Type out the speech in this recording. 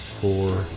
four